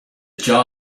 jar